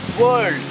world